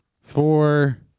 four